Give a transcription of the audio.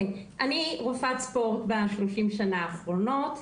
אני רופאת ספורט ב-30 שנה האחרונות.